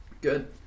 Good